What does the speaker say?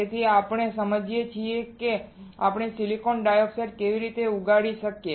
તેથી અત્યારે આપણે જે સમજીએ છીએ તે એ છે કે આપણે સિલિકોન ડાયોક્સાઇડ કેવી રીતે ઉગાડી શકીએ